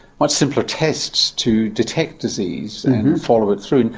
much simpler tests to detect disease and follow it through,